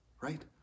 right